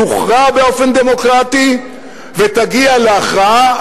תוכרע באופן דמוקרטי ותגיע להכרעה,